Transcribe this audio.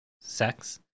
sex